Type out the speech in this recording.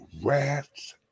rat's